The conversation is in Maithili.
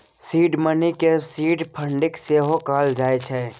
सीड मनी केँ सीड फंडिंग सेहो कहल जाइ छै